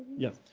yeah.